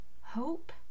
Hope